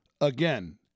again